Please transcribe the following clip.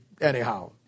anyhow